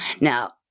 Now